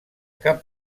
cap